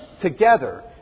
together